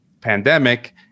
pandemic